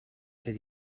fer